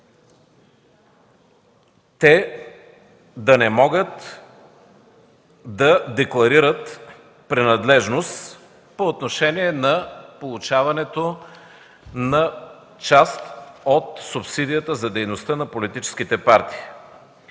те да не могат да декларират принадлежност по отношение на получаването на част от субсидията за дейността на политическите партии,